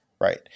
right